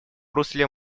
русле